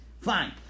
fine